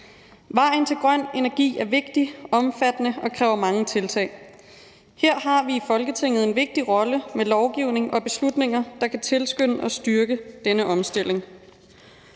Vejen til grøn energi er vigtig, omfattende og kræver mange tiltag. Her har vi i Folketinget en vigtig rolle med lovgivning og beslutninger, der kan tilskynde til og styrke denne omstilling.